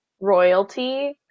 royalty